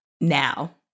now